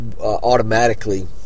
Automatically